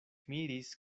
miris